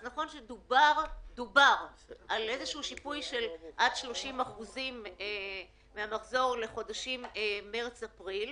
אז נכון שדובר על איזשהו שיפוי של עד 30% מהמחזור לחודשים מרץ ואפריל,